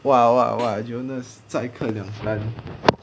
!wah! !wah! !wah! jonas 再刻两单